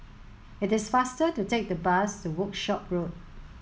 it is faster to take the bus to Workshop Road